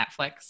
Netflix